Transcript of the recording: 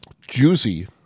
juicy